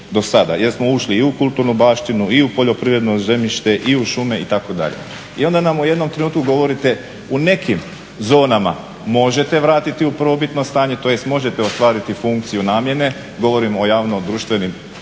jer smo ušli i u kulturnu baštinu i u poljoprivredno zemljište i u šume itd. I onda u jednom trenutku govorite u nekim zonama možete vratiti u prvobitno stanje, tj. možete ostvariti funkciju namjene, govorim o javno društvenim zonama